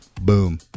boom